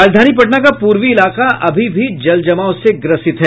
राजधानी पटना का पूर्वी इलाका अभी भी जलजमाव से ग्रसित है